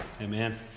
Amen